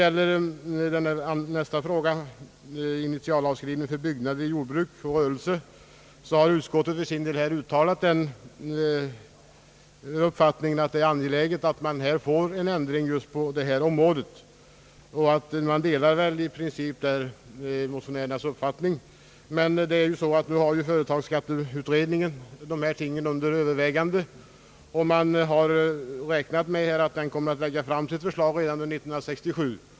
När det gäller en annan fråga, initialavskrivning för byggnader till jordbruk och rörelse, har utskottet uttalat den uppfattningen, att det är angeläget att man får en ändring just på detta område. Utskottet delar väl alltså i princip motionärernas uppfattning på denna punkt, men det är ju så, att företagsskatteutredningen har dessa ting under övervägande, och man räknar med att den kommer att lägga fram sitt förslag redan under 1967.